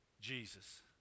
Jesus